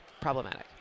problematic